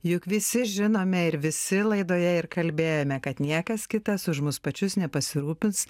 juk visi žinome ir visi laidoje ir kalbėjome kad niekas kitas už mus pačius nepasirūpins